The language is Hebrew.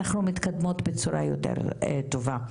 אנחנו מקדמות בצורה יותר טובה.